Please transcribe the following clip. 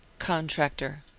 contractor